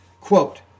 Quote